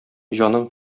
җаным